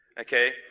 Okay